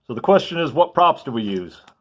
the question is what props do we use,